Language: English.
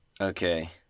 Okay